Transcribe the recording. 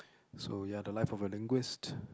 so ya the life of a linguist